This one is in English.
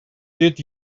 did